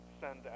send